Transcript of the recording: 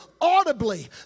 audibly